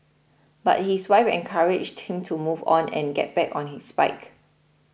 but his wife encouraged him to move on and get back on his bike